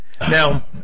Now